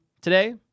Today